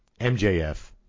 MJF